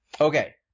Okay